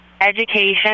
Education